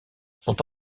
sont